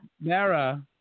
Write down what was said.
Mara